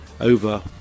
over